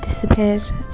disappeared